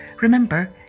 remember